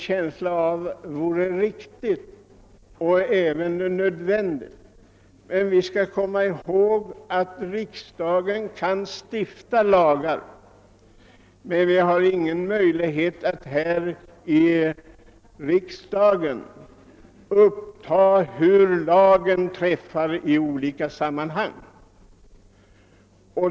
Ja, detta kan vara riktigt och även nödvändigt, men vi skall komma ihåg att riksdagen även om den kan stifta lagar inte har möjlighet att ta ställning till hur lagen tillämpas i olika sammanhang.